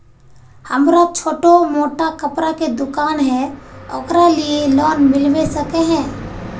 हमरा छोटो मोटा कपड़ा के दुकान है ओकरा लिए लोन मिलबे सके है?